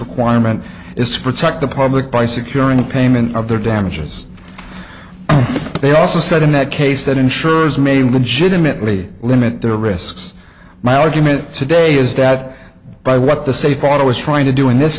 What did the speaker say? requirement is to protect the public by securing the payment of their damages they also said in that case that insurers may legitimately limit their risks my argument today is that by what the safe i was trying to do in this